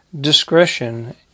discretion